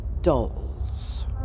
dolls